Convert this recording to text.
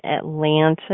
Atlanta